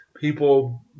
people